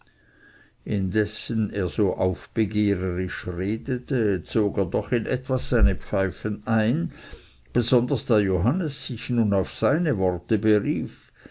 indessen er so aufbegehrisch redete zog er doch in etwas seine pfeifen ein besonders da johannes sich nun auf seine worte berief